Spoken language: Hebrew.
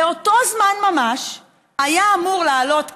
באותו זמן ממש היה אמור לעלות כאן,